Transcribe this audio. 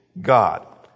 God